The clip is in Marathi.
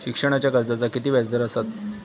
शिक्षणाच्या कर्जाचा किती व्याजदर असात?